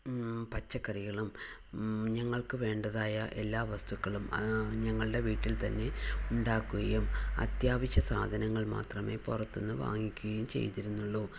പച്ചക്കറികളും ഞങ്ങൾക്ക് വേണ്ടതായ എല്ലാ വസ്തുക്കളും ഞങ്ങളുടെ വീട്ടിൽ തന്നെ ഉണ്ടാക്കുകയും അത്യാവശ്യ സാധനങ്ങൾ മാത്രമേ പുറത്തുനിന്ന് വാങ്ങിക്കുകയും ചെയ്തിരുന്നുള്ളൂ